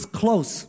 close